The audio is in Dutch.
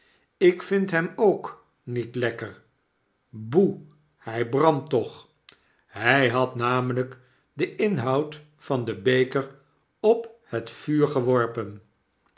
ik vind hem ook niet lekker boe hy brandt toch hy had namelyk den inhoud van den beker op het vuur geworpen